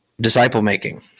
disciple-making